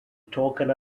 token